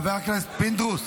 חבר הכנסת פינדרוס.